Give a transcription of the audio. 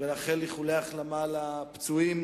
ולאחל איחולי החלמה לפצועים,